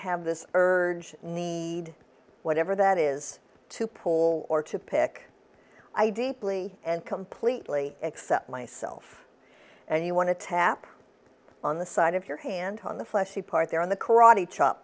have this urge need whatever that is to pull or to pick i deeply and completely accept myself and you want to tap on the side of your hand on the fleshy part there on the karate chop